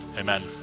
Amen